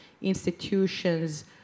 institutions